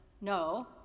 no